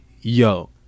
yo